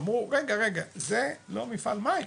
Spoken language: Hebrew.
הם אמרו, רגע, רגע זה לא מפעל מים,